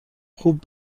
خوب